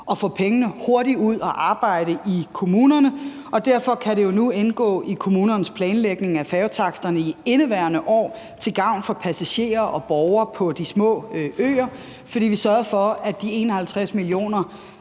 at få pengene hurtigt ud at arbejde i kommunerne. Derfor kan det jo nu indgå i kommunernes planlægning af færgetaksterne i indeværende år til gavn for passagerer og borgere på de små øer, for vi sørgede for, at de 51 mio.